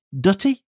dutty